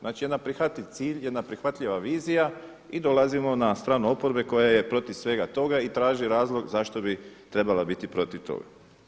Znači jedan prihvatljiv cilj, jedna prihvatljiva vizija i dolazimo na stranu oporbe koja je protiv svega toga i traži razlog zašto bi trebala biti protiv toga.